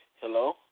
Hello